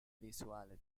visuale